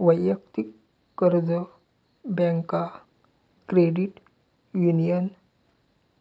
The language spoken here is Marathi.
वैयक्तिक कर्ज बँका, क्रेडिट युनियन